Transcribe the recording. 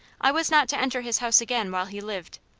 i was not to enter his house again while he lived.